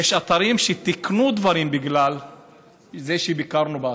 יש אתרים שתיקנו דברים בגלל זה שביקרנו באתרים.